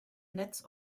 netz